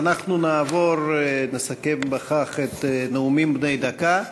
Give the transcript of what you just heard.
אז אנחנו נסכם בכך את נאומים בני דקה.